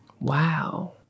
Wow